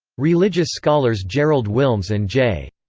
religious scholars gerald willms and j.